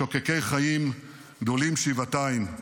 שוקקי חיים, גדולים שבעתיים.